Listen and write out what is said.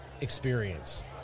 experience